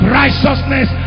righteousness